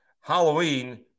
Halloween